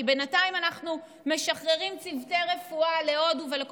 כי בינתיים אנחנו משחררים צוותי רפואה להודו ולכל